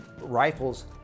rifles